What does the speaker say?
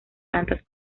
plantas